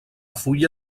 fulla